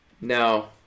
No